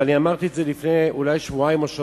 אמרתי את זה אולי לפני שבועיים או שלושה,